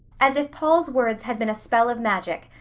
as if paul's words had been a spell of magic,